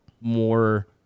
more